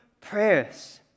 prayers